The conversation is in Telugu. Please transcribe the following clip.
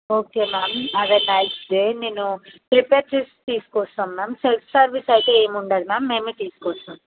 okay ma'am have a nice day నేను ప్రిపేర్ చేసి తీసుకు వస్తాం మ్యామ్ సెల్ఫ్ సర్వీస్ అయితే ఏమి ఉండదు మ్యామ్ మేము తీసుకు వస్తాం